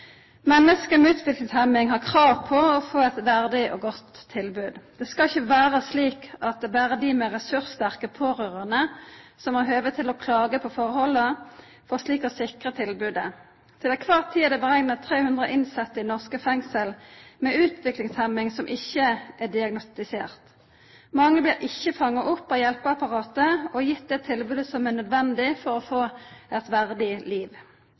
Menneske med utviklingshemming har krav på å få eit verdig og godt tilbod. Det skal ikkje vera slik at det berre er dei med ressurssterke pårørande som har høve til å klaga på forholda for slik å sikra tilbodet. Ein reknar med at det heile tida er 300 innsette i norske fengsel med utviklingshemming som ikkje er diagnostisert. Mange blir ikkje fanga opp av hjelpeapparatet og gitt det tilbodet som er nødvendig for å få eit verdig liv.